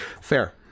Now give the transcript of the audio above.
Fair